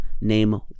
Name